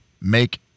Make